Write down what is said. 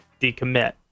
decommit